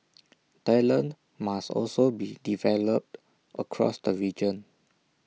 talent must also be developed across the region